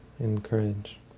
encourage